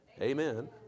amen